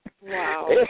Wow